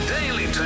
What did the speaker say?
Daily